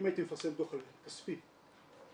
אם הייתי מפרסם דוח כספי נטו,